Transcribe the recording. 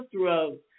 throat